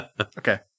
Okay